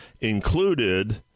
included